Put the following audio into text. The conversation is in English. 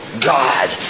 God